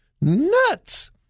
nuts